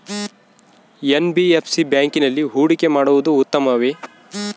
NBFC ಬ್ಯಾಂಕಿನಲ್ಲಿ ಹೂಡಿಕೆ ಮಾಡುವುದು ಉತ್ತಮವೆ?